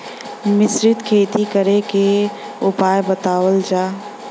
मिश्रित खेती करे क उपाय बतावल जा?